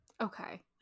Okay